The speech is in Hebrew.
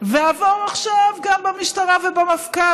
ועבור עכשיו גם למשטרה ולמפכ"ל.